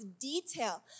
detail